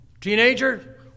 Teenager